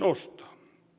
ostaa